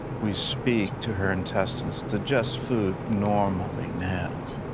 we speak to her intestines. digest food normally now.